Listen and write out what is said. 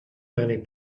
many